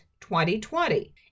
2020